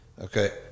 Okay